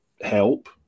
help